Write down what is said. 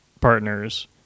partners